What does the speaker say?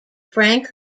frank